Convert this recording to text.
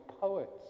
poets